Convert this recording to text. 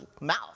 mouth